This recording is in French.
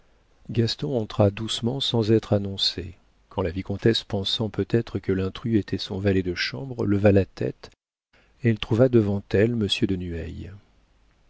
gaston entra doucement sans être annoncé quand la vicomtesse pensant peut-être que l'intrus était son valet de chambre leva la tête elle trouva devant elle monsieur de